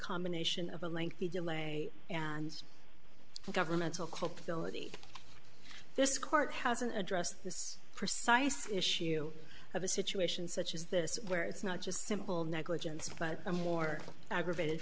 combination of a lengthy delay and governmental culpability this court hasn't addressed this precise issue of a situation such as this where it's not just simple negligence but a more aggravated